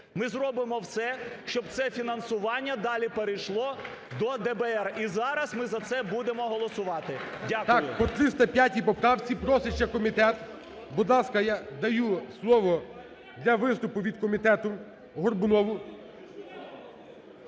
ми зробимо все, щоб це фінансування далі перейшло до ДБР. І зараз ми за це будемо голосувати. Дякую. ГОЛОВУЮЧИЙ. Так, по 305 поправці просить ще комітет. Будь ласка, я даю слово для виступу від комітету Горбунову.